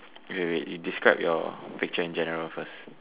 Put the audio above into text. okay wait you describe your picture in general first